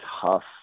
tough